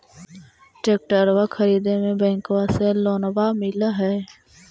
ट्रैक्टरबा खरीदे मे बैंकबा से लोंबा मिल है?